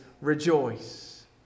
rejoice